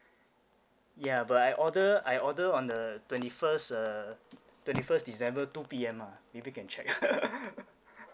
ya but I order I order on the twenty first uh twenty first december two P_M ah maybe you can check